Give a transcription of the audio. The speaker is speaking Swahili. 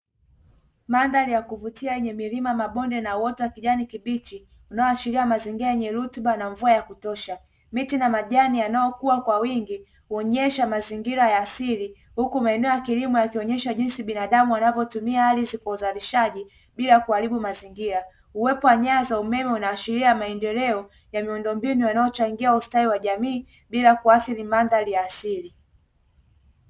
Mandhari ya kuvutia yenye milima mabonde na uoto wa kijani kibichi, unaoshiria mazingira yenye rutuba na mvua ya kutosha, miti na majani yanayokuwa kwa wingi huonyesha mazingira ya asili, huku maeneo ya kilimo yakionyesha jinsi binadamu anavyotumia ardhi kwa uzalishaji bila kuharibu mazingira, uwepo wa nyaya za umeme unaashiria maendeleo ya miundombinu inayochangia ustawi wa jamii bila kuathiri mandhari ya asili.